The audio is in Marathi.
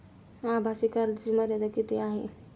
आभासी कार्डची मर्यादा किती आहे?